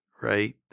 right